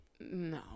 no